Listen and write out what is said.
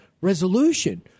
resolution